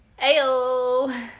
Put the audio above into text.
Ayo